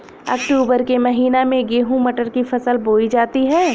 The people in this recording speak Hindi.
अक्टूबर के महीना में गेहूँ मटर की फसल बोई जाती है